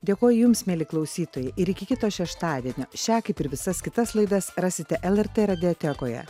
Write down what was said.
dėkoju jums mieli klausytojai ir iki kito šeštadienio šią kaip ir visas kitas laidas rasite lrt radiotekoje